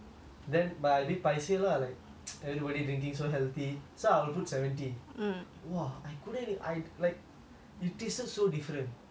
then a bit paiseh lah like everybody drinking so healthy so I'll put seventy !wah! I couldn't I like it tasted so different